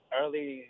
early